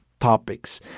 topics